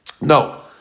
No